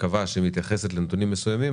היא קבעה שהיא מתייחסת לנתונים מסוימים,